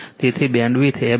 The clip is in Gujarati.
તેથી બેન્ડવિડ્થf0Q